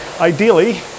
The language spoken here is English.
ideally